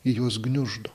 ji juos gniuždo